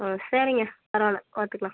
ம் சரிங்க பரவாயில்ல பார்த்துக்குலாம்